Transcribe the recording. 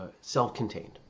self-contained